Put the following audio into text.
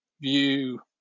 view